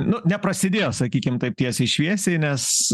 nu neprasidėjo sakykim taip tiesiai šviesiai nes